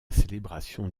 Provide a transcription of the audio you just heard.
célébration